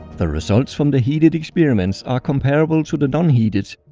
the results from the heated experiments are comparable to the non-heated.